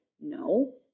No